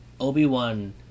Obi-Wan